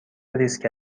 ریسک